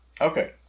Okay